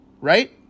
Right